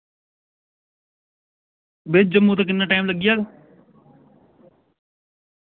भैया जम्मू दा किन्ना टैम लग्गी जाग